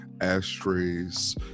ashtrays